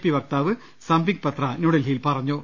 P വക്താവ് സംപിക് പത്ര ന്യൂഡൽഹിയിൽ പറഞ്ഞു